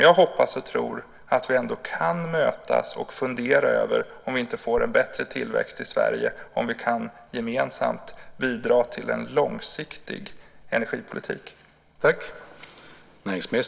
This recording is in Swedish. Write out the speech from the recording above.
Jag hoppas och tror att vi ändå kan mötas och fundera över om vi inte får en bättre tillväxt i Sverige om vi gemensamt kan bidra till en långsiktig energipolitik.